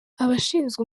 abashinzwe